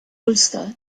ulster